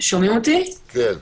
תודה רבה,